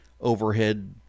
overhead